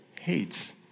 hates